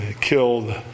killed